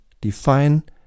define